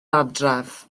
adref